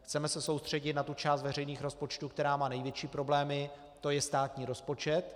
Chceme se soustředit na tu část veřejných rozpočtů, která má největší problémy, to je státní rozpočet.